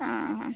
ആ